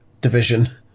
division